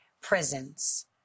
prisons